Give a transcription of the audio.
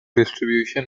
distribution